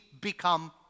become